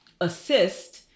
assist